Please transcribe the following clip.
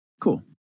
Cool